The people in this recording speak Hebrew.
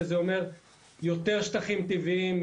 שזה אומר יותר שטחים טבעיים,